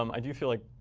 um i do feel like